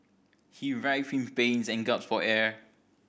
he writhed in pain and gasped for air